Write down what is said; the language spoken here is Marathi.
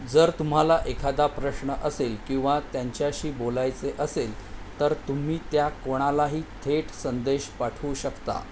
जर तुम्हाला एखादा प्रश्न असेल किंवा त्यांच्याशी बोलायचे असेल तर तुम्ही त्या कोणालाही थेट संदेश पाठवू शकता